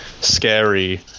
scary